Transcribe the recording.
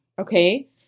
Okay